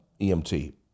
EMT